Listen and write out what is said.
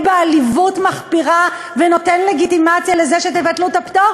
בעליבות מחפירה ונותן לגיטימציה לזה שתבטלו את החוק,